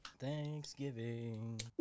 Thanksgiving